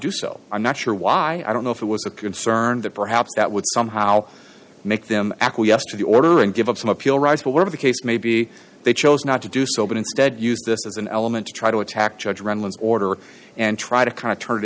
do so i'm not sure why i don't know if it was a concern that perhaps that would somehow make them acquiesce to the order and give up some appeal rights but whatever the case may be they chose not to do so but instead use this as an element to try to attack judge reynolds order and try to kind of turn it